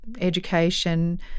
education